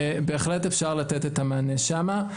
בהחלט אפשר לתת את המענה שם.